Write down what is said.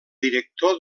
director